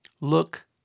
Look